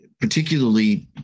particularly